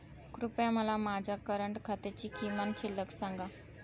कृपया मला माझ्या करंट खात्याची किमान शिल्लक सांगा